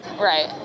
Right